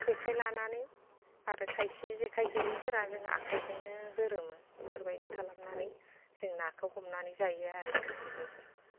जेखाइ लानानै आरो खायसे जेखाइ गैयिफोरा जों आखाइजोंनो गोरोमो बेफोरबायदि खालामनानै जों नाखौ हमनानै जायो आरो बेफोरबायदि